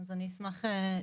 אני אשמח להתייחס.